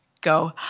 go